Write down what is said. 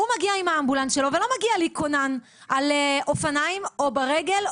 הוא מגיע עם האמבולנס שלו ולא מגיע לי כונן על אופניים או ברגל,